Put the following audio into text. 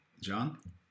John